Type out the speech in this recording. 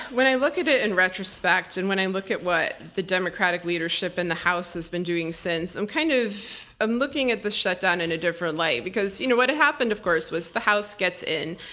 when i look at it in retrospect, and when i look at what the democratic leadership in the house has been doing since, i'm kind of i'm looking at the shutdown in a different light. because you know what happened, of course, was the house gets in.